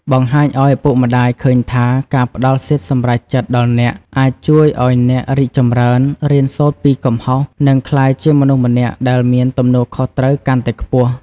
បង្ហាញឲ្យឪពុកម្ដាយឃើញថា ការផ្ដល់សិទ្ធិសម្រេចចិត្តដល់អ្នក អាចជួយឲ្យអ្នក រីកចម្រើន រៀនសូត្រពីកំហុស និង ក្លាយជាមនុស្សម្នាក់ដែលមានទំនួលខុសត្រូវកាន់តែខ្ពស់។